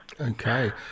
Okay